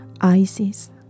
Isis